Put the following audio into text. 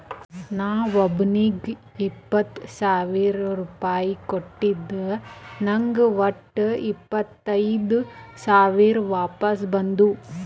ನಾ ಒಬ್ಬೋನಿಗ್ ಇಪ್ಪತ್ ಸಾವಿರ ರುಪಾಯಿ ಕೊಟ್ಟಿದ ನಂಗ್ ವಟ್ಟ ಇಪ್ಪತೈದ್ ಸಾವಿರ ವಾಪಸ್ ಬಂದು